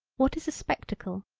what is a spectacle,